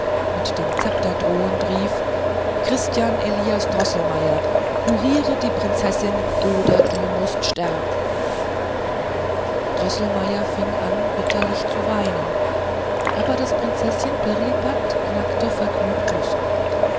mit dem zepter drohend rief christian elias droßelmeier kuriere die prinzessin oder du mußt sterben droßelmeier fing an bitterlich zu weinen aber prinzeßchen pirlipat knackte vergnügt nüsse